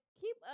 keep